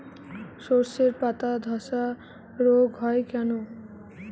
শর্ষের পাতাধসা রোগ হয় কেন?